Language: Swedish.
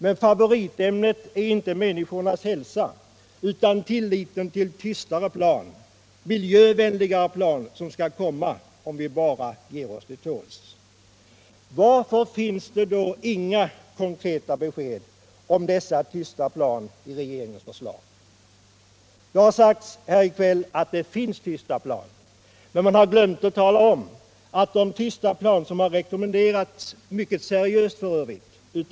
Men favoritämnet är inte människornas hälsa utan tilliten till tystare, miljövänligare plan, som skall komma om vi bara ger oss till tåls. Varför finns det då inga konkreta besked om dessa tysta plan i regeringens förslag? Det har sagts här i kväll att det finns tysta plan. Men man har glömt att tala om att de tysta plan som har rekommenderats - mycket seriöst f.ö.